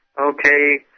Okay